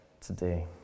today